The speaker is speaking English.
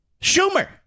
Schumer